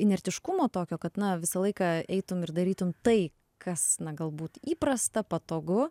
inertiškumo tokio kad na visą laiką eitum ir darytum tai kas na galbūt įprasta patogu